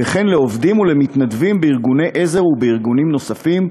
וכן לעובדים ולמתנדבים בארגוני עזר ובארגונים נוספים,